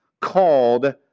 called